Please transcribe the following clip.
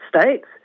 states